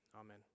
Amen